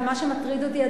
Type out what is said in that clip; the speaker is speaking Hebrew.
ומה שמטריד אותי,